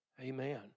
Amen